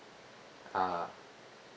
ah